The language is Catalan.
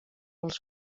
els